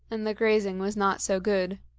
and the grazing was not so good.